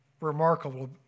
remarkable